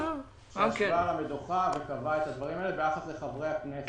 --- שישבה על המדוכה וקבעה את הדברים הללו ביחס לחברי הכנסת.